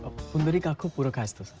pundorikakhshya purokayastha.